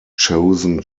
chosen